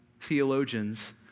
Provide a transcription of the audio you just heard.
theologians